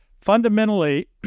fundamentally